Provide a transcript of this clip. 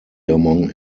among